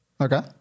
Okay